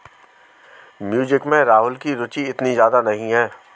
music में राहुल की रुचि इतनी ज्यादा नहीं है